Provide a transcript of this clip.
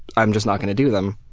i'm just not gonna do them.